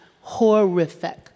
Horrific